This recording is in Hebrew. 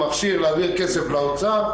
הוא מכשיר להעביר כסף לאוצר,